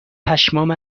پشمام